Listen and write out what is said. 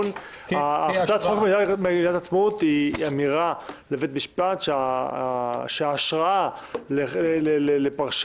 הצעת חוק מגילת העצמאות היא אמירה לבית המשפט שההשראה לפרשנות